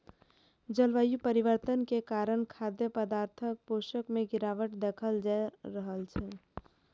जलवायु परिवर्तन के कारण खाद्य पदार्थक पोषण मे गिरावट देखल जा रहल छै